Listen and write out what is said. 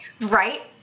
Right